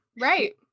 Right